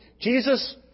Jesus